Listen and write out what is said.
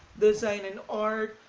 design and art,